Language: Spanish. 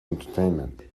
entertainment